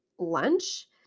lunch